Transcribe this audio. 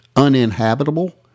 Uninhabitable